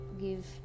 give